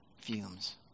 fumes